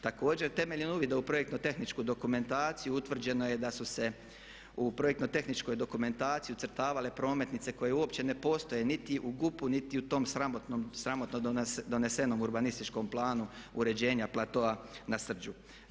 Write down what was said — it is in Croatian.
Također temeljem uvida u projektno tehničku dokumentaciju utvrđeno je da su se u projektno tehničkoj dokumentaciji ucrtavale prometnice koje uopće ne postoje niti u GUP-u niti u tom sramotno donesenom urbanističkom planu uređenja platoa na Srđu.